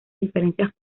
diferencias